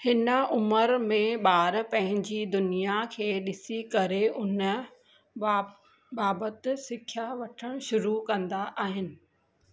हिन उमिरि में ॿार पंहिंजी दुनिया खे ॾिसी करे उन बा बाबति सिख्या वठिणु शुरू कंदा आहिनि